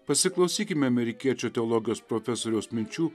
pasiklausykime amerikiečio teologijos profesoriaus minčių